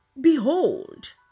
Behold